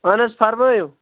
اَہن حظ فرمٲیِو